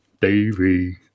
Davey